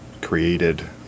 created